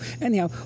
anyhow